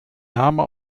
name